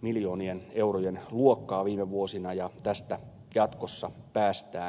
miljoonien eurojen luokkaa viime vuosina ja tästä jatkossa päästään eroon